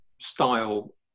style